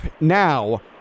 now